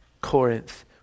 Corinth